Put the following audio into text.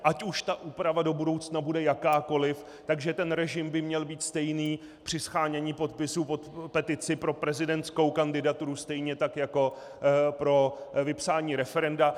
Ať už ta úprava do budoucna bude jakákoliv, že ten režim by měl být stejný při shánění podpisů pod petici pro prezidentskou kandidaturu stejně tak jako pro vypsání referenda.